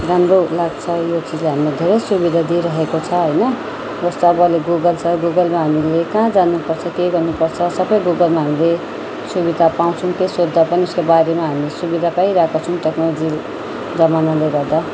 राम्रो लाग्छ यो चिजले हामीलाई धेरै सुविधा दिइरहेको छ होइन जस्तो अब अहिले गुगल छ गुगलमा हामीले कहाँ जानु पर्छ के गर्नु पर्छ सब गुगलमा हामीले सुविधा पाउँछौँ केही सोध्दा पनि उयसको बारेमा हामीले सुविधा पाइरहेका छौँ टेक्नोलोजी जमानाले गर्दा